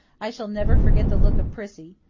i shall never forget the look of prissy.